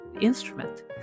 instrument